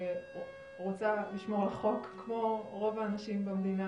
שרוצה לשמור על חוק כמו רוב האנשים במדינה,